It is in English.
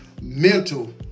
mental